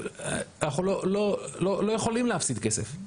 אנחנו לא, לא יכולים להפסיד כסף.